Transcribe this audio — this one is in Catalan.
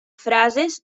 frases